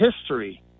history